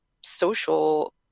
social